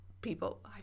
people